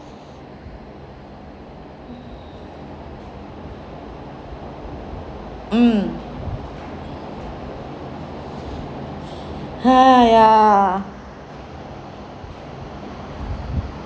mm !haiya!